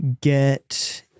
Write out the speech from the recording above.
get